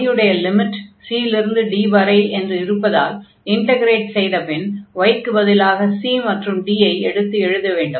y உடைய limit c இலிருந்து d வரை என்று இருப்பதால் இன்டக்ரேட் செய்தபின் y க்குப் பதிலாக c மற்றும் d ஐ எடுத்து எழுத வேண்டும்